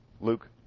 Luke